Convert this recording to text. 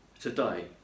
today